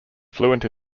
fluent